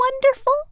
wonderful